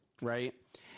right